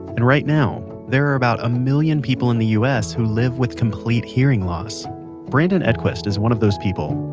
and right now, there are about one million people in the us who live with complete hearing loss brandon edquist is one of those people.